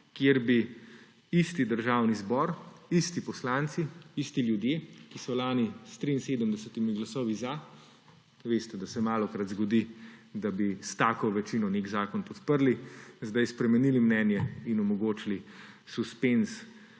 kjer bi isti Državni zbor, isti poslanci, isti ljudje, ki so lani s 73 glasovi »za« – veste, da se to malokrat zgodi, da bi s tako večino nek zakon podprli –, zdaj spremenili mnenje in omogočili suspenz